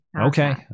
okay